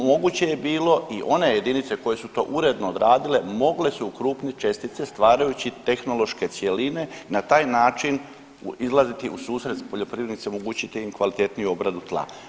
Moguće je bilo i one jedinice koje su to uredno odradile mogle su okrupnit čestice stvarajući tehnološke cjeline, na taj način izlaziti u susret s poljoprivrednicima, omogućiti im kvalitetniju obradu tla.